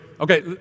Okay